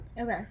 Okay